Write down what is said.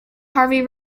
harvey